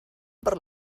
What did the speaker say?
per